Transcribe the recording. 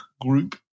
group